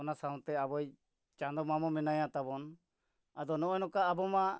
ᱚᱱᱟ ᱥᱟᱶᱛᱮ ᱟᱵᱚᱭ ᱪᱟᱸᱫᱚ ᱢᱟᱢᱚ ᱢᱮᱱᱟᱭᱟ ᱛᱟᱵᱚᱱ ᱟᱫᱚ ᱱᱚᱜᱼᱚᱸᱭ ᱱᱚᱠᱟ ᱟᱵᱚ ᱢᱟ